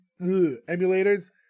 emulators